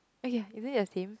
okay is it the same